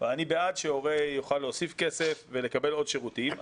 אני בעד שהורה יוכל להוסיף כסף ולקבל עוד שירותים,